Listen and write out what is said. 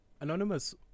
Anonymous